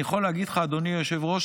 אדוני היושב-ראש,